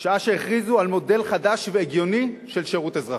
שעה שהכריזו על מודל חדש והגיוני של שירות אזרחי,